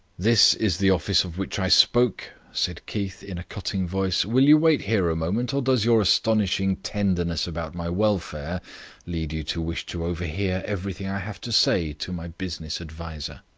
this is the office of which i spoke, said keith, in a cutting voice. will you wait here a moment, or does your astonishing tenderness about my welfare lead you to wish to overhear everything i have to say to my business adviser?